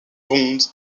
bond